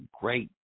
great